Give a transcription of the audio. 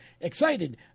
excited